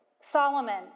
Solomon